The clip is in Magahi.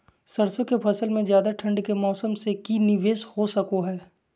सरसों की फसल में ज्यादा ठंड के मौसम से की निवेस हो सको हय?